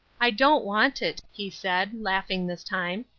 i don't want it, he said, laughing this time.